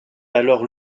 alors